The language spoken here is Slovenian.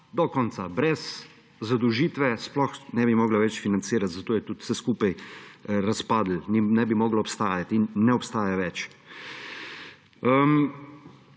Do konca. Brez zadolžitve sploh ne bi mogla več financirati, zato je tudi vse skupaj razpadlo, ne bi mogla obstajati in ne obstaja več.